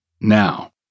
now